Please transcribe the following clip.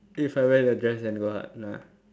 if I wear the dress and go out ah